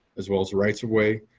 as well as rights of way,